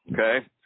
okay